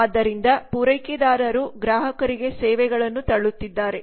ಆದ್ದರಿಂದ ಪೂರೈಕೆದಾರರು ಗ್ರಾಹಕರಿಗೆ ಸೇವೆಗಳನ್ನು ತಳ್ಳುತ್ತಿದ್ದಾರೆ